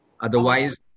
Otherwise